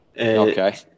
Okay